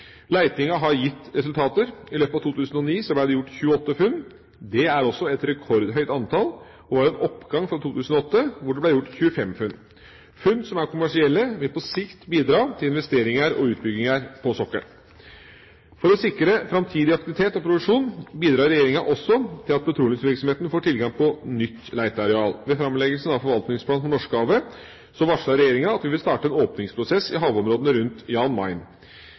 har gitt resultater. I løpet av 2009 ble det gjort 28 funn. Det er også et rekordhøyt antall og var en oppgang fra 2008, hvor det ble gjort 25 funn. Funn som er kommersielle, vil på sikt bidra til investeringer og utbygginger på sokkelen. For å sikre framtidig aktivitet og produksjon bidrar regjeringa også til at petroleumsvirksomheten får tilgang på nytt leteareal. Ved framleggelsen av forvaltningsplanen for Norskehavet varslet regjeringa at vi vil starte en åpningsprosess i havområdene rundt Jan Mayen.